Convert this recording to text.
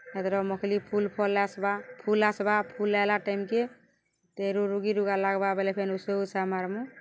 ଏଥିର ମକ୍ଲି ଫୁଲ୍ ଫଲ୍ ଆସ୍ବା ଫୁଲ୍ ଆସ୍ବା ଫୁଲ୍ ଆଲା ଟାଇମ୍କେ ତେରୁୁ ରୁଗି ରୁଗା ଲାଗ୍ବା ବଏଲେ ଫେନ୍ ଉଷୋ ଉଷା ମାର୍ମୁ